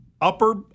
Upper